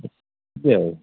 ଯିବେ ଅଉ